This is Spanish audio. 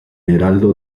heraldo